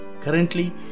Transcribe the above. Currently